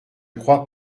crois